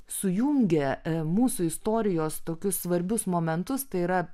sujungia mūsų istorijos tokius svarbius momentus tai yra